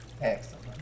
Excellent